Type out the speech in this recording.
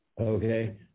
Okay